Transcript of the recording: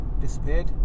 disappeared